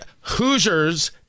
Hoosiers